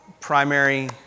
primary